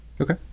Okay